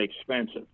expensive